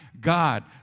God